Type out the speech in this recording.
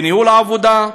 בניהול העבודה,